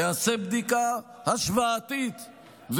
תיעשה בדיקה השוואתית,